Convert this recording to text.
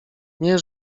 nie